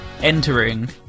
entering